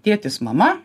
tėtis mama